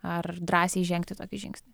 ar drąsiai žengti tokį žingsnį